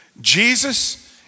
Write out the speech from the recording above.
Jesus